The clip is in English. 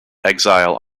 exile